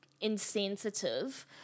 insensitive